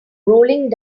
rolling